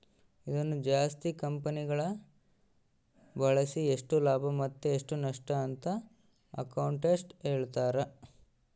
ಇದನ್ನು ಜಾಸ್ತಿ ಕಂಪೆನಿಗಳಗ ಬಳಸಿ ಎಷ್ಟು ಲಾಭ ಮತ್ತೆ ಎಷ್ಟು ನಷ್ಟಅಂತ ಅಕೌಂಟೆಟ್ಟ್ ಹೇಳ್ತಾರ